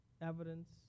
Evidence